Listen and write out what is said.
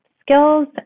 skills